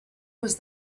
was